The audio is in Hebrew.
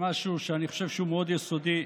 במשהו שאני חושב שהוא מאוד יסודי,